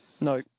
No